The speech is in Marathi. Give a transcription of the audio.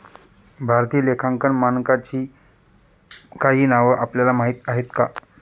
भारतीय लेखांकन मानकांची काही नावं आपल्याला माहीत आहेत का?